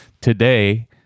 today